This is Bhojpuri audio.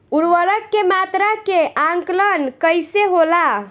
उर्वरक के मात्रा के आंकलन कईसे होला?